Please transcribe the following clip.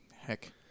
heck